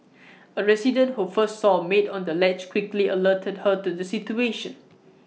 A resident who first saw maid on the ledge quickly alerted her to the situation